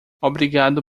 obrigado